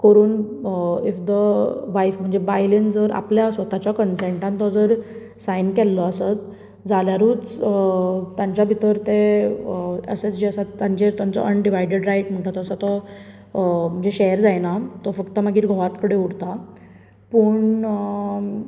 if the wife म्हणजे बायलेन जर आपल्या स्वताच्या कन्सेन्टान तो जर सायन केल्लो आसत जाल्यारूच तांच्या भितर तें एसेट्स जे आसात तांचेर तांचो अनडिवायडीड रायट म्हणटा तो म्हणजे शेयर जायना फक्त मागीर घोवाच कडेन उरता पूण